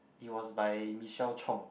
it was by Michelle Chong